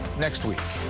next week.